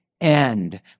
end